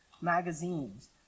magazines